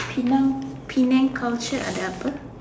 Penang Penang culture ada apa